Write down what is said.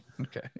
Okay